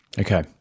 Okay